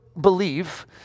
believe